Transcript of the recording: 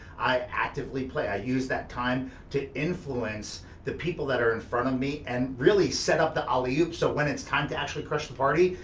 i actively play. i use that time to influence the people that are in front of me and really set up the alley-oop, so when it's time to actually crush the party,